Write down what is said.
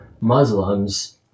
Muslims